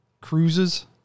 cruises